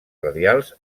radials